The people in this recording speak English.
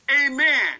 amen